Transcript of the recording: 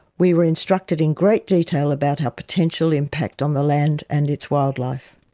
we were instructed in great detail about our potential impact on the land and its wildlife.